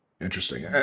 Interesting